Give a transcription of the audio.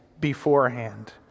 beforehand